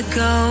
go